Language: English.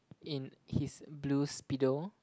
in his blue speedo